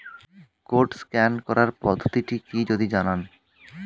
Code scan করার পদ্ধতিটি কি যদি জানান?